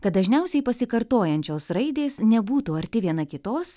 kad dažniausiai pasikartojančios raidės nebūtų arti viena kitos